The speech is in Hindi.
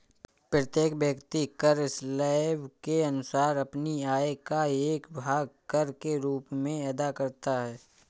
प्रत्येक व्यक्ति कर स्लैब के अनुसार अपनी आय का एक भाग कर के रूप में अदा करता है